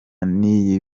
n’iyi